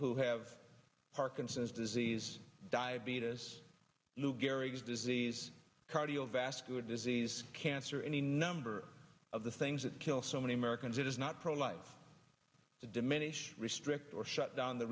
who have parkinson's disease diabetes lou gehrig's disease cardiovascular disease cancer or any number of the things that kill so many americans it is not pro life to diminish restrict or shut down the